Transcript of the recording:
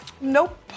Nope